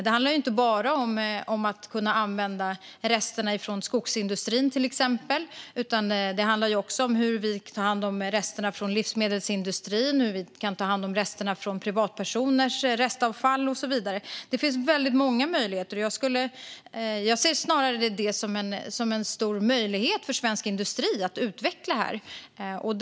Det handlar inte bara om att kunna använda resterna från skogsindustrin, till exempel, utan det handlar också om hur vi tar hand om resterna från livsmedelsindustrin, hur vi kan ta hand om resterna från privatpersoners restavfall och så vidare. Det finns väldigt många möjligheter. Jag ser det snarare som en stor möjlighet för svensk industri att utveckla detta.